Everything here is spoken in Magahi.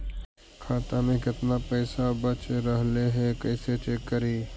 खाता में केतना पैसा बच रहले हे कैसे चेक करी?